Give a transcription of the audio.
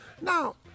Now